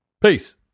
peace